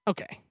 Okay